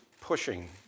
pushing